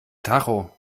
tacho